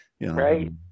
Right